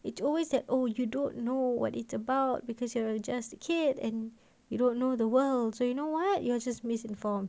it's always that oh you don't know what it's about because you are just a kid and you don't know the world so you know what you're just misinformed